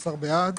11 בעד,